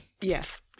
yes